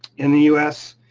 in the us,